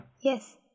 Yes